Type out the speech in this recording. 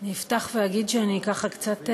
אני אפתח ואגיד שאני ככה, קצת,